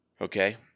okay